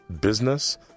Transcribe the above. business